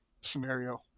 scenario